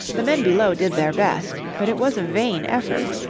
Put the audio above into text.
the men below did their best, but it was a vain effort,